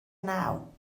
naw